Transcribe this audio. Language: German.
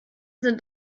sind